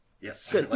Yes